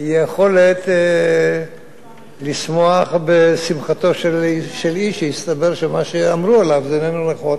יכולת לשמוח בשמחתו של איש שהסתבר שמה שאמרו עליו איננו נכון.